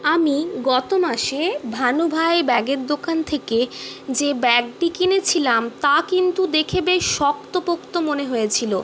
আমি গত মাসে ভানু ভাই ব্যাগের দোকান থেকে যে ব্যাগটি কিনেছিলাম তা কিন্তু দেখে বেশ শক্তপোক্ত মনে হয়েছিল